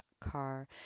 car